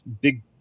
big